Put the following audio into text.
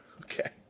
Okay